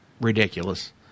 ridiculous